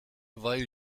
weil